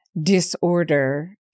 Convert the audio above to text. disorder